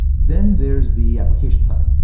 then there is the application side,